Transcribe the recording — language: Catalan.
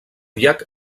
llac